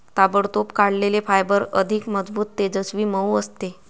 ताबडतोब काढलेले फायबर अधिक मजबूत, तेजस्वी, मऊ असते